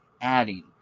adding